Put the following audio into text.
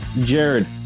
Jared